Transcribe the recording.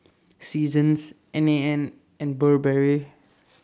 Seasons N A N and Burberry